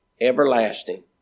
everlasting